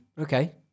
Okay